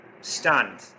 stunned